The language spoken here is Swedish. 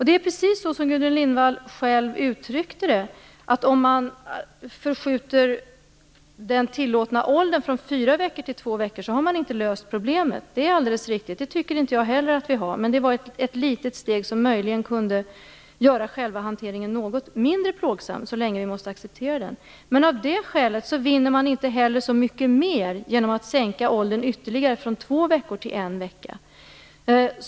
Det är precis som Gudrun Lindvall själv uttryckte det, om man förskjuter den tillåtna åldern från fyra veckor till två veckor så har man inte löst problemet. Det är alldeles riktigt. Det tycker inte jag heller att vi har. Men det var ett litet steg som möjligen kunde göra själva hanteringen något mindre plågsam så länge vi måste acceptera den. Men av det skälet vinner man inte heller så mycket mer genom att sänka åldern ytterligare, från två veckor till en vecka.